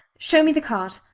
show me the card.